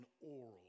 oral